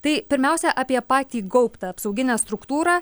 tai pirmiausia apie patį gaubtą apsauginę struktūrą